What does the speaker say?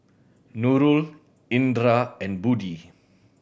Nurul Indra and Budi